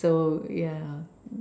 so yeah